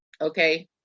Okay